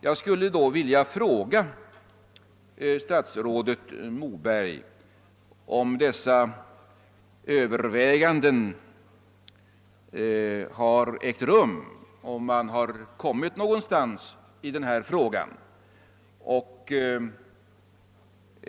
Jag vill fråga statsrådet Moberg, om dessa överväganden har ägt rum och om man har kommit någonstans i frågan.